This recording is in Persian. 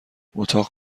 اتاق